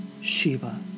Shiva